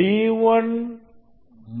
d1 மற்றும்d2